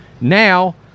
Now